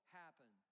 happen